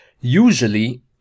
Usually